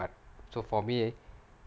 so for me